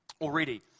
already